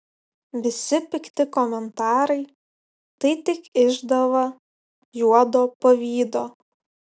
visi pikti komentarai tai tik išdava juodo pavydo